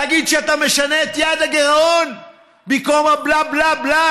תגיד שאתה משנה את יעד הגירעון במקום הבלה-בלה-בלה.